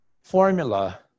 formula